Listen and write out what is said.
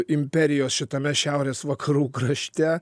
imperijos šitame šiaurės vakarų krašte